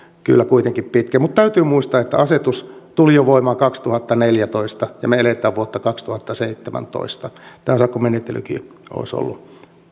kyllä kuitenkin pitkä mutta täytyy muistaa että asetus tuli voimaan jo kaksituhattaneljätoista ja me elämme vuotta kaksituhattaseitsemäntoista tämä sakkomenettelykin olisi ollut